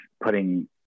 putting